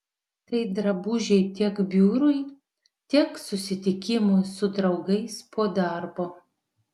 tai drabužiai tiek biurui tiek susitikimui su draugais po darbo